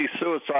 suicide